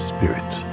Spirit